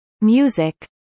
music